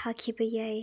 ꯊꯥꯈꯤꯕ ꯌꯥꯏ